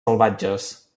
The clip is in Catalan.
salvatges